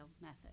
method